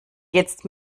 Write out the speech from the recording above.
jetzt